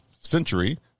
century